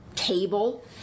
Table